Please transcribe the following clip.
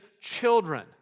children